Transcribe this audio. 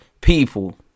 People